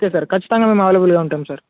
okay sir ఖచ్చతంగా మేము అవైలబుల్గా ఉంటాం సార్